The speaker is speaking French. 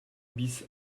bis